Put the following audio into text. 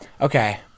okay